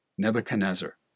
Nebuchadnezzar